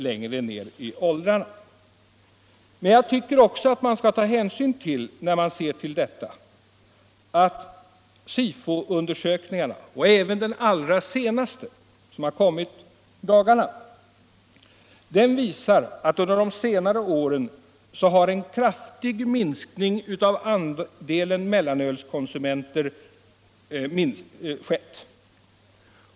Men när man ser till det tycker jag också att man skall ta hänsyn till att Sifoundersökningarna, även den senaste som har publicerats i dagarna, visar att det under senare år har skett en kraftig minskning av andelen mellanölskonsumenter.